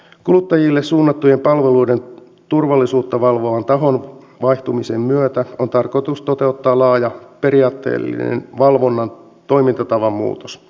kuluttajille suunnattujen palveluiden turvallisuutta valvovan tahon vaihtumisen myötä on tarkoitus toteuttaa laaja periaatteellinen valvonnan toimintatavan muutos